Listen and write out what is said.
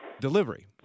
Delivery